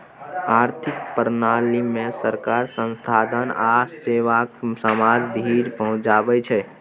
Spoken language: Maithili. आर्थिक प्रणालीमे सरकार संसाधन आ सेवाकेँ समाज धरि पहुंचाबै छै